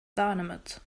dynamite